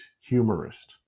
humorist